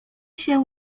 się